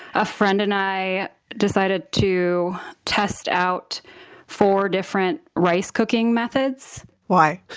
a friend and i decided to test out four different rice cooking methods why?